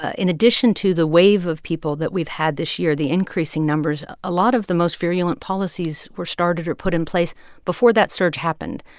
ah in addition to the wave of people that we've had this year, the increasing numbers, a lot of the most virulent policies were started or put in place before that surge happened.